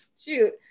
shoot